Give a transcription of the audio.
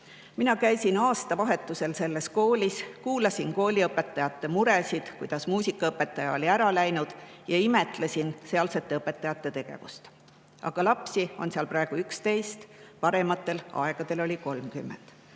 Mina käisin aastavahetusel selles koolis, kuulasin õpetajate muresid, näiteks et muusikaõpetaja oli ära läinud, ja imetlesin sealsete õpetajate tegevust. Aga lapsi on seal praegu 11, parematel aegadel oli 30.